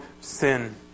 sin